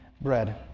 bread